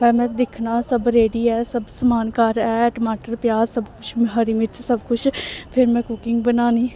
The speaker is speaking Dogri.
में दिक्खना सब रेडी ऐ सब समान घर ऐ टमाटर प्याज सब कुछ हरी मिर्च सब कुछ फिर में कुकिंग बनानी